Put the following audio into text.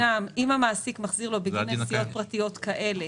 אם המעסיק מחזיר לו בגין נסיעות פרטיות כאלה